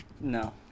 No